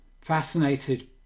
fascinated